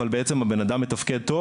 אבל בעצם הבן אדם מתפקד טוב.